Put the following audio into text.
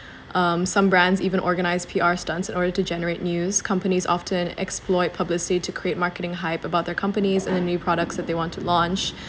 um some brands even organise P_R stunts in order to generate news companies often exploit publicity to create marketing hype about their companies and the new products that they want to launch